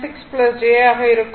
16 j ஆக இருக்கும்